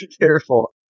careful